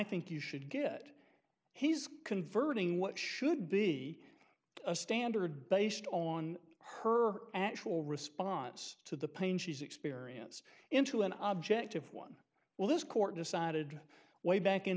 think you should get he's converting what should be a standard based on her actual response to the pain she's experience into an object of one well this court decided way back in